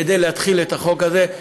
כדי להתחיל את החוק הזה.